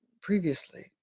previously